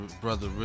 brother